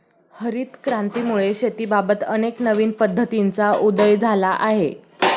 हरित क्रांतीमुळे शेतीबाबत अनेक नवीन पद्धतींचा उदय झाला आहे